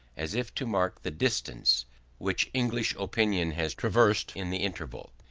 as if to mark the distance which english opinion has traversed in the interval.